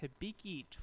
Hibiki